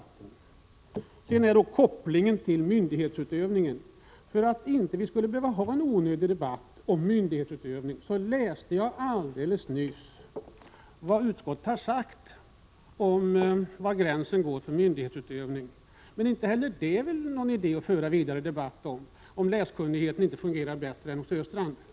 Så till frågan om kopplingen till myndighetsutövning. För att vi inte skulle behöva föra en onödig debatt om detta läste jag alldeles nyss upp vad utskottet har sagt i den frågan. Inte heller detta är det någon idé att fortsätta att diskutera, om läskunnigheten inte fungerar bättre än den gör hos Olle Östrand.